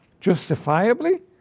justifiably